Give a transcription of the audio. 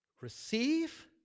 Receive